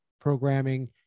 programming